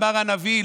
אמר הנביא.